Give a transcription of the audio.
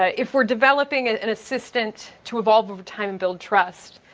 ah if we're developing an assistant to evolve over time and build trust,